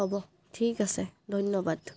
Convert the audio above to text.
হ'ব ঠিক আছে ধন্যবাদ